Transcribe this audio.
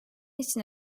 için